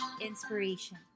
inspiration